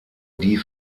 die